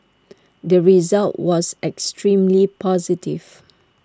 the result was extremely positive